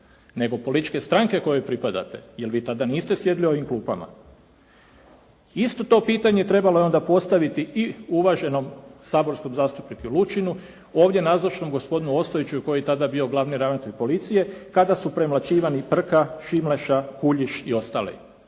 nego političke stranke kojoj pripadate jel' vi tada niste sjedili u ovim klupama, isto to pitanje trebalo je onda postaviti i uvaženom saborskom zastupniku Lučinu, ovdje nazočnome gospodinu Ostojiću koji je tada bio glavni ravnatelj policije kada su premlaćivani Prka, Šimleša, Kuljiš i ostali.